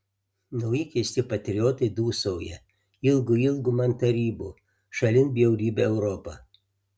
nauji keisti patriotai dūsauja ilgu ilgu man tarybų šalin bjaurybę europą